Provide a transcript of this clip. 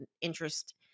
interest